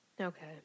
Okay